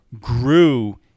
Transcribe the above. grew